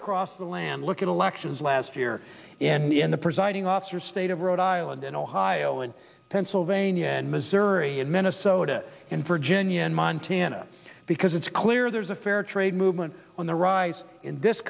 across the land look at elections last year in the end the presiding officer state of rhode island and ohio and pennsylvania and missouri and minnesota and virginia and montana because it's clear there's a fair trade movement on the rise in this